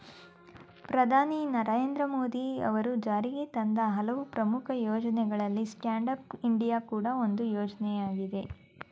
ಪ್ರಧಾನಿ ನರೇಂದ್ರ ಮೋದಿ ಅವರು ಜಾರಿಗೆತಂದ ಹಲವು ಪ್ರಮುಖ ಯೋಜ್ನಗಳಲ್ಲಿ ಸ್ಟ್ಯಾಂಡ್ ಅಪ್ ಇಂಡಿಯಾ ಕೂಡ ಒಂದು ಯೋಜ್ನಯಾಗಿದೆ